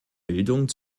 bildung